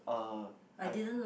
uh I